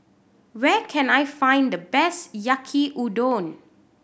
where can I find the best Yaki Udon